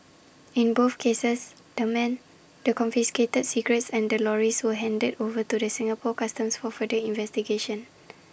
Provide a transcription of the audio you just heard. in both cases the men the confiscated cigarettes and the lorries were handed over to the Singapore Customs for further investigations